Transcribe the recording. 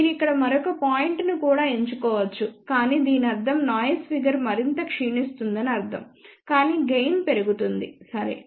మీరు ఇక్కడ మరొక పాయింట్ను కూడా ఎంచుకోవచ్చు కాని దీని అర్థం నాయిస్ ఫిగర్ మరింత క్షీణిస్తుందని అర్థం కానీ గెయిన్ పెరుగుతుంది సరే